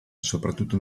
soprattutto